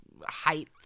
height